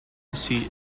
seat